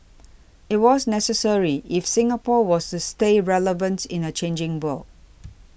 it was necessary if Singapore was to stay relevants in a changing world